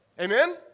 Amen